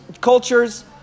cultures